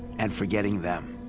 and forgetting them.